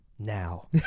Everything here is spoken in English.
now